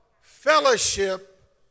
Fellowship